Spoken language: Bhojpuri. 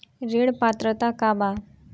ऋण पात्रता का बा?